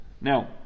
Now